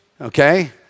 Okay